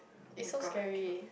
[oh]-my-god I cannot